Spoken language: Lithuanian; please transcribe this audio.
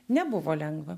nebuvo lengva